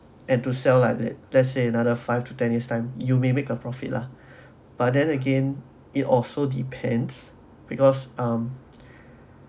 and to sell like let let's say another five to ten years time you may make a profit lah but then again it also depends because um